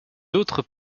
autres